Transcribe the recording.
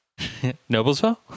Noblesville